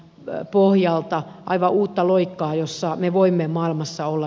tää pohjalta aika uutta loikkaa jossa me voimme maailmassa ole